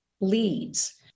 leads